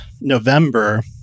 November